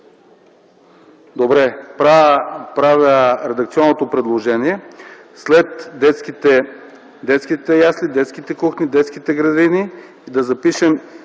Добре. Правя редакционно предложение след „детските ясли, детските кухни, детските градини” да запишем